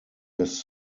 his